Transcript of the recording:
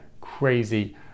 crazy